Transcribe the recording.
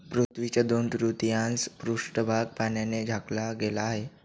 पृथ्वीचा दोन तृतीयांश पृष्ठभाग पाण्याने झाकला गेला आहे